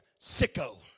sicko